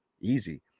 Easy